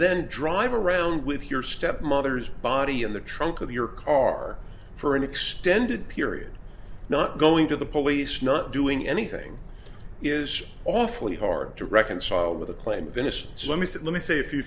then drive around with your stepmother's body in the trunk of your car for an extended period not going to the police not doing anything is awfully hard to reconcile with a claim of innocence let me say it let me say a few